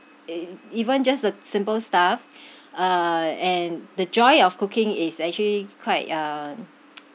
even just a simple stuff uh and the joy of cooking is actually quite uh